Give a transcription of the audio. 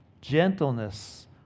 gentleness